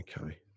Okay